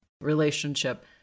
relationship